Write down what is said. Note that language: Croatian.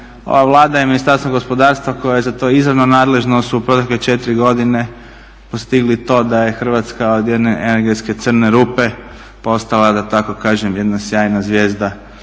Ova Vlada i Ministarstvo gospodarstva koje je za to izravno nadležno su u protekle 4 godine postigli to da je Hrvatska od jedne energetske crne rupe postala da tako kažem jedna sjajna zvijezda